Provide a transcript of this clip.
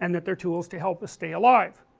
and that they are tools to help us stay alive